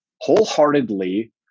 wholeheartedly